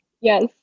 Yes